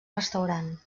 restaurant